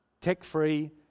Tech-free